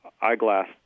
eyeglass